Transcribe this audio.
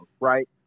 right